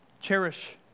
Cherish